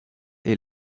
est